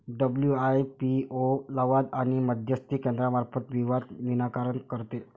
WIPO लवाद आणि मध्यस्थी केंद्रामार्फत विवाद निराकरण करते